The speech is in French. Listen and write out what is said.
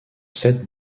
sept